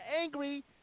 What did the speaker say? angry